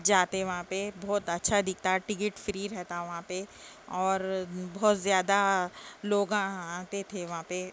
جاتے وہاں پہ بہت اچھا دکھتا ٹکٹ فری رہتا وہاں پہ اور بہت زیادہ لوگاں آتے تھے وہاں پہ